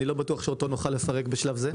אני לא בטוח שאותו נוכל לפרק בשלב זה.